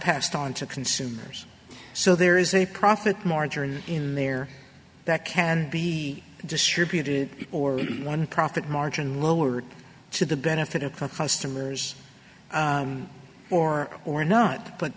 passed on to consumers so there is a profit margin in there that can be distributed or one profit margin lowered to the benefit of the customers or or not but